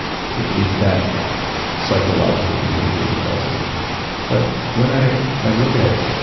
it's that psychological behavior that does it but, when i i look at